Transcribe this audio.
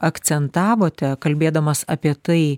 akcentavote kalbėdamas apie tai